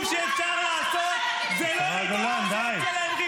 המינימום שאפשר לעשות זה לא לטעות בשם שלהם,